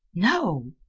no!